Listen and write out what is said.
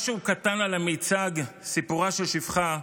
"משהו קטן על המיצג 'סיפורה של שפחה'",